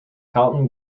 halton